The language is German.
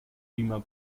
beamer